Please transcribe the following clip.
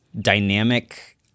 dynamic